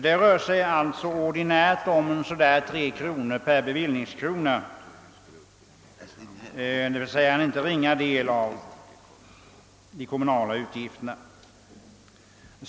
Det rör sig ordinärt om cirka 3 kronor per bevillningskrona, d.v.s. en inte ringa del av de kommunala utgifterna.